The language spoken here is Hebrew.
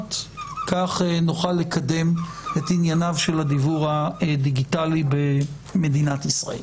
הבנות כך נוכל לקדם את ענייניו של הדיוור הדיגיטלי במדינת ישראל.